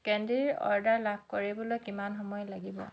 কেণ্ডিৰ order লাভ কৰিবলৈ কিমান সময় লাগিব